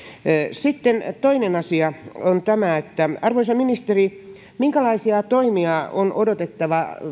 sitten toinen asia on tämä arvoisa ministeri minkälaisia toimia on odotettavissa